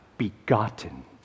begotten